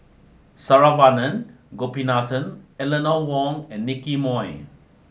Saravanan Gopinathan Eleanor Wong and Nicky Moey